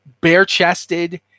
bare-chested